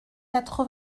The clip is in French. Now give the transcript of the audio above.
quatre